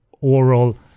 oral